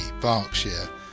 Berkshire